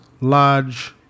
large